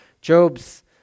Job's